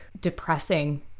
depressing